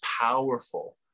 powerful